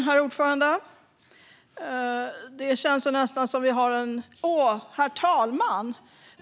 Herr talman!